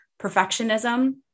Perfectionism